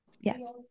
Yes